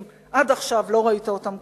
אם עד עכשיו לא ראית אותם קורים.